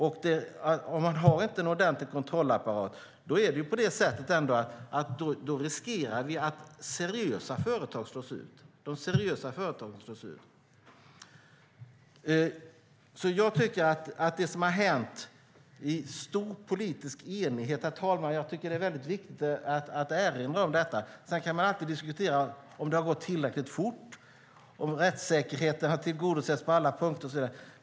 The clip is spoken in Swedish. Om man inte har en ordentlig kontrollapparat riskerar vi att de seriösa företagen slås ut. Det som har hänt har skett i stor politisk enighet. Det är väldigt viktigt att erinra om det, herr talman. Sedan kan man alltid diskutera om det har gått tillräckligt fort och om rättssäkerheten har tillgodosetts på alla punkter.